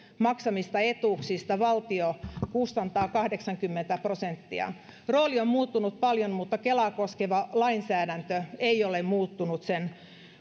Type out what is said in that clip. maksamista etuuksista valtio kustantaa kahdeksankymmentä prosenttia rooli on muuttunut paljon mutta kelaa koskeva lainsäädäntö ei ole muuttunut sen